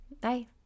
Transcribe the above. Bye